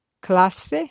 classe